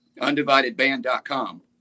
undividedband.com